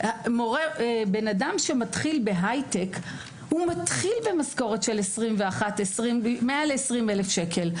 אדם שמתחיל בהייטק מתחיל במשכורת של מעל 20,000 שקל.